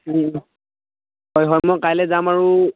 হয় হয় মই কাইলৈ যাম আৰু